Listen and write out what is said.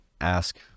ask